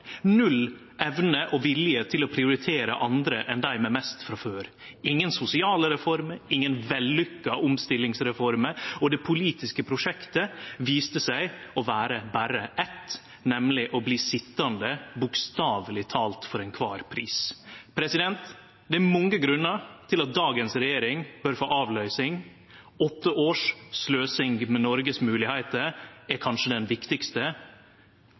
null evne og vilje til å prioritere andre enn dei med mest frå før, ingen sosiale reformer og ingen vellukka omstillingsreformer. Og det politiske prosjektet viste seg å vere berre eitt, nemleg å bli sitjande bokstavleg talt for ein kvar pris. Det er mange grunnar til at dagens regjering bør få avløysing. Åtte års sløsing med Noregs mogelegheiter er kanskje den viktigaste.